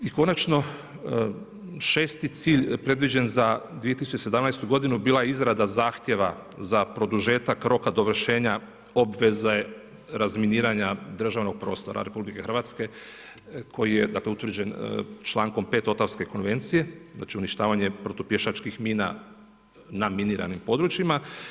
I konačno, 6. cilj predviđen za 2017. godinu bila je izrada zahtjeva za produžetak roka dovršenja obveze razminiranja državnog prostora RH koji je utvrđen člankom 5. Ottawske konvencije, znači uništavanje protupješačkih mina na miniranim područjima.